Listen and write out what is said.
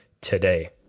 today